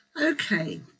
Okay